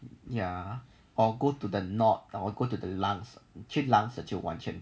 ya or go to the north or go to the lungs 去 lungs 了就完全